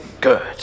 Good